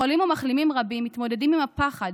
חולים ומחלימים רבים מתמודדים עם הפחד